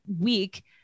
week